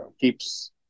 keeps